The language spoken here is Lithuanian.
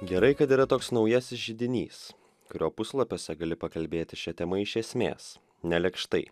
gerai kad yra toks naujasis židinys kurio puslapiuose gali pakalbėti šia tema iš esmės nelėkštai